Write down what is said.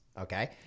Okay